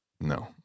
No